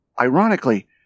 Ironically